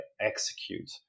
execute